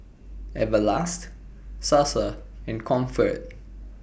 Everlast Sasa and Comfort